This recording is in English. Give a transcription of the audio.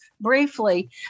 briefly